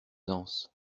danse